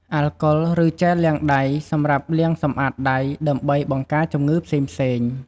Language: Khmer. អាល់កុល ឬជែលលាងដៃ សម្រាប់លាងសម្អាតដៃ ដើម្បីបង្ការជំងឺផ្សេងៗ។